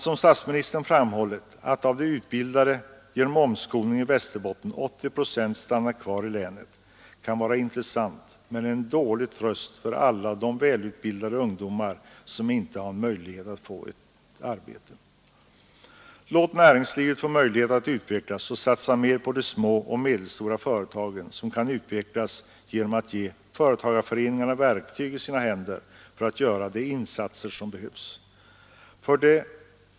Statsministern framhåller att av de utbildade genom omskolning i Västerbotten stannar 80 procent kvar i länet. Det kan vara en intressant upplysning, men det är en dålig tröst för alla de välutbildade ungdomar som inte kan få ett arbete. Låt näringslivet få möjlighet att utvecklas och satsa mer på de små och medelstora företagen! Ge företagareföreningarna de verktyg de behöver för att kunna göra erforderliga insatser!